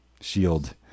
shield